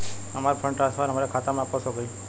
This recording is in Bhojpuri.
हमार फंड ट्रांसफर हमरे खाता मे वापस हो गईल